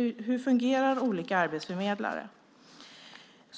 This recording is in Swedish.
Hur fungerar olika arbetsförmedlare?